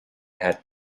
had